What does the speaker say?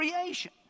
creation